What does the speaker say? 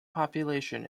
population